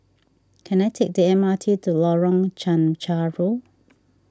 can I take the M R T to Lorong Chencharu